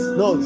no